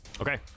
Okay